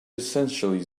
essentially